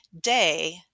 day